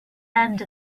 end